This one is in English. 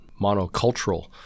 monocultural